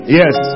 yes